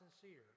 sincere